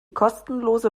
kostenlose